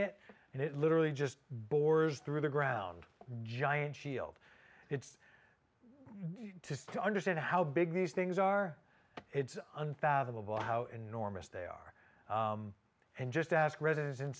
it and it literally just bores through the ground giant shield it's to understand how big these things are it's unfathomable how enormous they are and just ask re